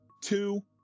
Two